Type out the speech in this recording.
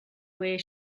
where